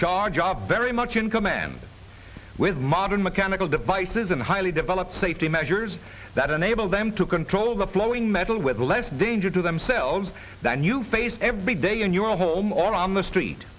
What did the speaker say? charge of very much in command with modern mechanical devices and highly developed safety measures that enable them to control the flowing metal with less danger to themselves than you face every day in your home or on the street